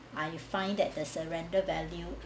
I find that the surrender value